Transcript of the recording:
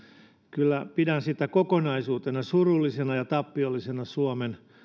kyllä pidän sitä kokonaisuutena surullisena ja tappiollisena suomen